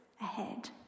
ahead